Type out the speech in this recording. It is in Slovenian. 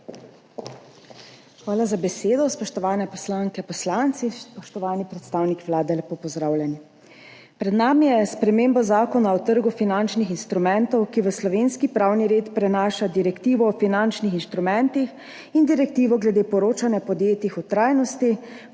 Hvala za besedo. Spoštovane poslanke, poslanci, spoštovani predstavnik Vlade, lepo pozdravljeni! Pred nami je sprememba Zakona o trgu finančnih instrumentov, ki v slovenski pravni red prenaša direktivo o finančnih instrumentih in direktivo glede poročanja o podjetjih o trajnosti,